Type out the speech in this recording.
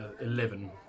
Eleven